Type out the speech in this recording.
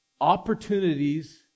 opportunities